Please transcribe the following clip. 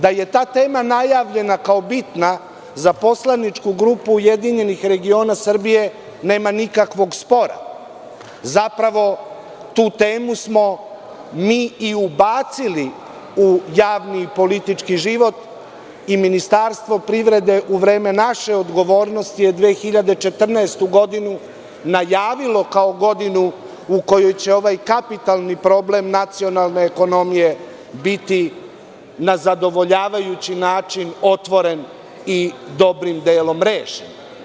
Da je ta tema najavljena kao bitna za poslaničku grupu URS nema nikakvog spora, zapravo tu temu smo mi i ubacili u javni i politički život, i Ministarstvo privrede u vreme naše odgovornosti je 2014. godinu najavilo kao godinu u kojoj će ovaj kapitalni problem nacionalne ekonomije biti na zadovoljavajući način otvoren, i dobrim delom rešen.